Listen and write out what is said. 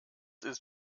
ist